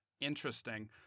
interesting